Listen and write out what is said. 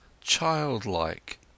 childlike